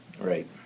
Right